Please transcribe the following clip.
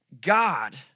God